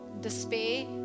despair